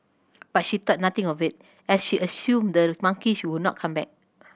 but she thought nothing of it as she assumed the monkey would not come back